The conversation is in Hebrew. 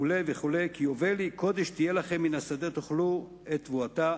כי יובל היא קדש תהיה לכם מן השדה תאכלו את תבואתה,